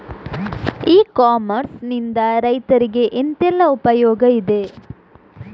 E commerce ನಿಂದ ರೈತರಿಗೆ ಎಂತೆಲ್ಲ ಉಪಯೋಗ ಇದೆ?